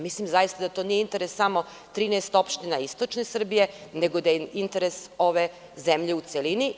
Mislim zaista da to nije interes samo 13 opština istočne Srbije, nego da je interes ove zemlje u celini.